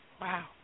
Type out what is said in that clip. Wow